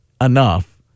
enough